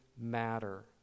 Matter